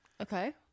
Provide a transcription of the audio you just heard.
Okay